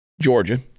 Georgia